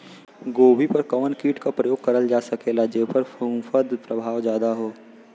गोभी पर कवन कीट क प्रयोग करल जा सकेला जेपर फूंफद प्रभाव ज्यादा हो?